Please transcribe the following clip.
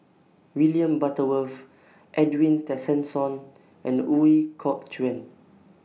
William Butterworth Edwin Tessensohn and Ooi Kok Chuen